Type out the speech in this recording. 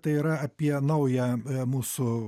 tai yra apie naują a mūsų